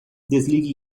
desligue